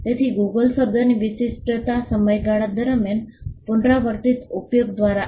તેથી ગૂગલ શબ્દની વિશિષ્ટતા સમયગાળા દરમિયાન પુનરાવર્તિત ઉપયોગ દ્વારા આવી